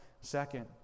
second